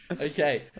Okay